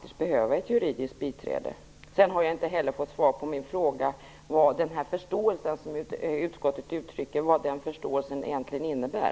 Sedan har jag inte heller fått svar på min fråga om vad den förståelse som utskottet uttrycker egentligen innebär.